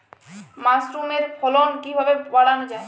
মাসরুমের ফলন কিভাবে বাড়ানো যায়?